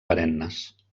perennes